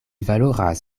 valoras